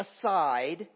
aside